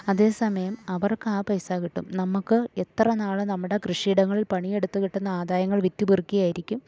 അതേ സമയം അവർക്കാ പൈസ കിട്ടും നമുക്ക് എത്ര നാള് നമ്മുടെ കൃഷിയിടങ്ങളിൽ പണിയെടുത്ത് കിട്ടുന്നാദായങ്ങൾ വിറ്റുപെറുക്കി ആയിരിക്കും